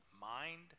mind